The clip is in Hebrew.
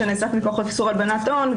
שנאסף מכוח חוק איסור הלבנת הון,